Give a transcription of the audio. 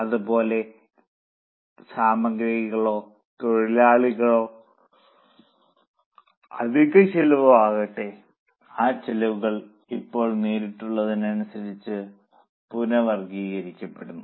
അത് പോലെ അത് സാമഗ്രികളോ തൊഴിലാളികളോ അധിക ചെലവോ ആകട്ടെ ആ ചെലവുകൾ ഇപ്പോൾ നേരിട്ടുള്ളതനുസരിച്ച് പുനർവർഗ്ഗീകരിക്കപ്പെടുന്നു